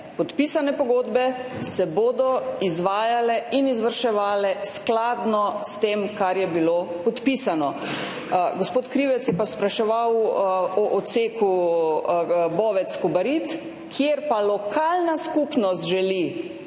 podpisane pogodbe se bodo izvajale in izvrševale skladno s tem, kar je bilo podpisano. Gospod Krivec je pa spraševal o odseku Bovec–Kobarid, kjer pa lokalna skupnost želi,